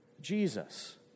Jesus